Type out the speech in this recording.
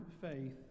faith